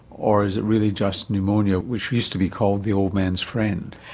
or is it really just pneumonia, which used to be called the old man's friend?